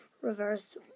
reverse